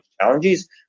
challenges